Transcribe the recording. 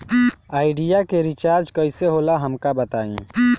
Idea के recharge कईसे होला हमका बताई?